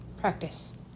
practice